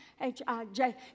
H-I-J